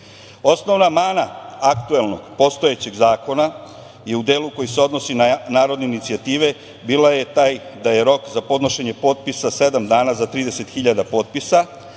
Osnovna mana aktuelnog, postojećeg zakona je u delu koji se odnosi na narodne inicijative, bila je taj da je rok za podnošenje potpisa sedam dana za 30.000 potpisa,